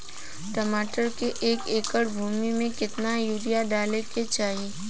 टमाटर के एक एकड़ भूमि मे कितना यूरिया डाले के चाही?